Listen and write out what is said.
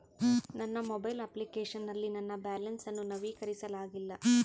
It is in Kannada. ನನ್ನ ಮೊಬೈಲ್ ಅಪ್ಲಿಕೇಶನ್ ನಲ್ಲಿ ನನ್ನ ಬ್ಯಾಲೆನ್ಸ್ ಅನ್ನು ನವೀಕರಿಸಲಾಗಿಲ್ಲ